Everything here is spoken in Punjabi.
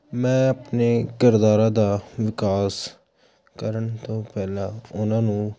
ਮੈਂ ਆਪਣੇ ਕਿਰਦਾਰਾਂ ਦਾ ਵਿਕਾਸ ਕਰਨ ਤੋਂ ਪਹਿਲਾਂ ਉਨ੍ਹਾਂ ਨੂੰ